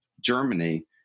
Germany